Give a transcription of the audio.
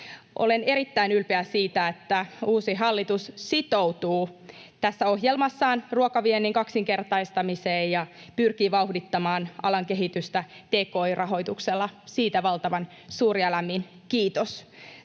Olen erittäin ylpeä siitä, että uusi hallitus sitoutuu tässä ohjelmassaan ruokaviennin kaksinkertaistamiseen ja pyrkii vauhdittamaan alan kehitystä tki-rahoituksella. Siitä valtavan suuri ja lämmin kiitos.